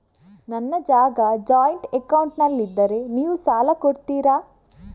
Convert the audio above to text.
ನನ್ನ ಜಾಗ ಜಾಯಿಂಟ್ ಅಕೌಂಟ್ನಲ್ಲಿದ್ದರೆ ನೀವು ಸಾಲ ಕೊಡ್ತೀರಾ?